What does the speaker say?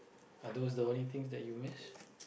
are those the only things that you miss